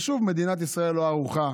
ושוב מדינת ישראל לא ערוכה